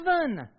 seven